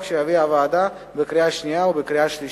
שהביאה הוועדה בקריאה שנייה ובקריאה שלישית.